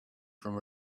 from